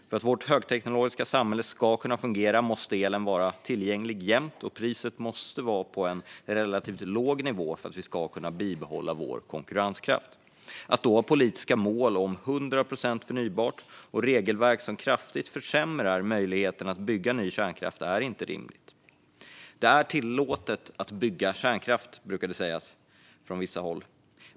För att vårt högteknologiska samhälle ska kunna fungera måste elen vara tillgänglig jämt, och priset måste vara på en relativt låg nivå för att vi ska kunna bibehålla vår konkurrenskraft. Att då ha politiska mål om 100 procent förnybart och regelverk som kraftigt försämrar möjligheten att bygga ny kärnkraft är inte rimligt. Det är tillåtet att bygga kärnkraft, brukar det sägas från vissa håll.